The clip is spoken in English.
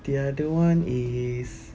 the other one is